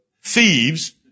thieves